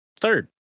third